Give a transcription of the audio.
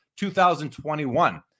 2021